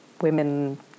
women